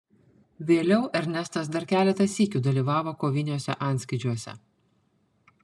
vėliau ernestas dar keletą sykių dalyvavo koviniuose antskrydžiuose